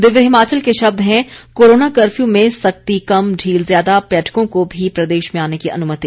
दिव्य हिमाचल के शब्द हैं कोरोना कफर्यू में सख्ती कम ढील ज्यादा पर्यटकों को भी प्रदेश में आने की अनुमति